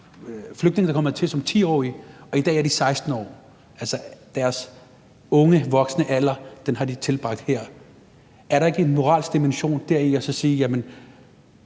flygtninge, der kommer hertil som 10-årige, og i dag er de 16 år. Deres unge voksne alder har de tilbragt her. Er der ikke en moralsk dimension deri, så